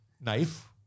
knife